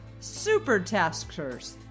supertaskers